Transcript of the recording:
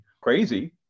crazy